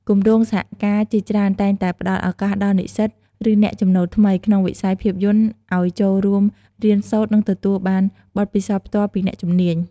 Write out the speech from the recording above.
គម្រោងសហការជាច្រើនតែងតែផ្តល់ឱកាសដល់និស្សិត ឬអ្នកចំណូលថ្មី ក្នុងវិស័យភាពយន្តឱ្យចូលរួមរៀនសូត្រ និងទទួលបាន បទពិសោធន៍ផ្ទាល់ពីអ្នកជំនាញ។